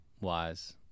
wise